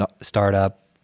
startup